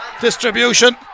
distribution